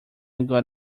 got